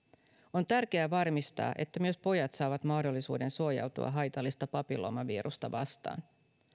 on tärkeää varmistaa että myös pojat saavat mahdollisuuden suojautua haitallista papilloomavirusta vastaan